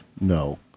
No